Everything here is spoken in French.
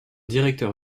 directeur